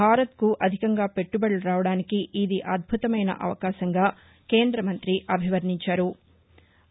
భారత్కు అధికంగా పెట్టుబడులు రావడానికి ఇది అద్భుతమైన అవకాశంగా కేంద్ర మంగ్రి అభివర్ణించారు